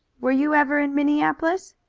were you ever in minneapolis?